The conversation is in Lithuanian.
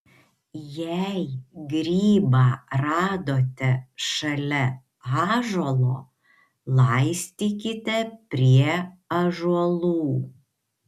jei grybą radote šalia ąžuolo laistykite prie ąžuolų